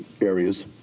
areas